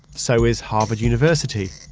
so is harvard university,